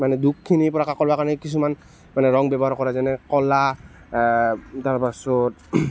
মানে দুখখিনি প্ৰকাশ কৰিবৰ কাৰণে কিছুমান মানে ৰং ব্যৱহাৰ কৰে যেনে ক'লা তাৰ পাছত